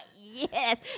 yes